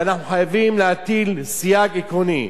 ואנחנו חייבים להטיל סייג עקרוני.